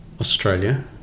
Australia